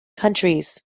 countries